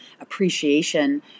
appreciation